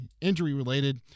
injury-related